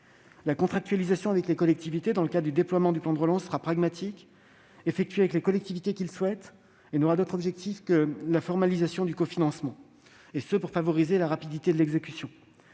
La contractualisation avec les collectivités dans le cadre du déploiement du plan de relance sera pragmatique. Elle sera effectuée avec les collectivités qui le souhaitent. Elle n'aura pas d'autre objectif que la formalisation du cofinancement afin de favoriser la rapidité de l'exécution.